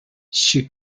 she